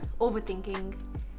overthinking